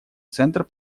центр